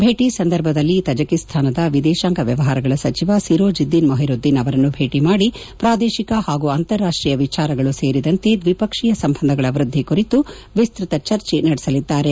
ಭೇಟಿ ಸಂದರ್ಭದಲ್ಲಿ ತಜಕಿಸ್ತಾನದ ವಿದೇತಾಂಗ ವ್ಯವಹಾರಗಳ ಸಚಿವ ಸಿರೋಜಿದ್ದೀನ್ ಮೊಹಿರುದ್ದೀನ್ ಅವರನ್ನು ಭೇಟಿ ಮಾಡಿ ಪ್ರಾದೇಶಿಕ ಹಾಗೂ ಅಂತಾರಾಷ್ಟೀಯ ವಿಚಾರಗಳು ಸೇರಿದಂತೆ ದ್ವಿಪಕ್ಷೀಯ ಸಂಬಂಧಗಳ ವೃದ್ದಿ ಕುರಿತು ವಿಸ್ತತ ಚರ್ಜೆ ನಡೆಸಲಿದ್ದಾರೆ